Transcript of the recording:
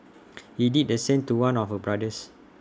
he did the same to one of her brothers